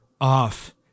off